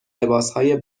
لباسهای